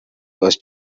was